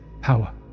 power